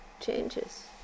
changes